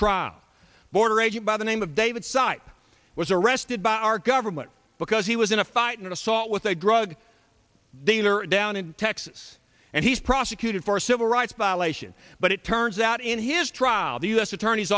agent by the name of david sipe was arrested by our government because he was in a fight an assault with a drug dealer down in texas and he's prosecuted for civil rights violation but it turns out in his trial the u s attorney's